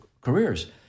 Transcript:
careers